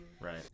right